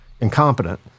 incompetent